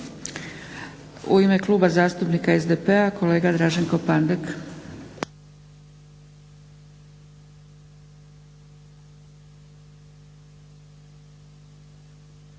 U ime Kluba zastupnika SDP-a kolega Draženko Pandek.